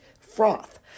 froth